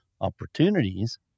opportunities